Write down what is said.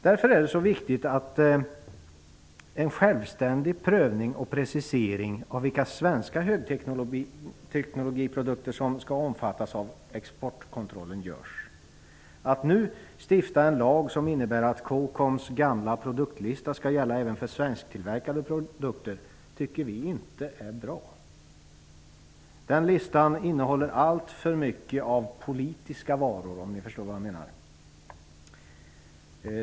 Därför är det viktigt att en självständig prövning och precisering av vilka svenska högteknologiprodukter som skall omfattas av exportkontrollen görs. Att nu stifta en lag som innebär att COCOM:s gamla produktlista skall gälla även för svensktillverkade produkter tycker vi inte är bra. Den listan innehåller alltför mycket av politiska varor, om ni förstår vad jag menar.